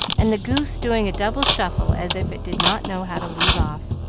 and the goose doing a double shuffle as if it did not know how to leave off.